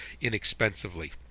inexpensively